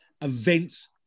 events